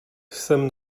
jsem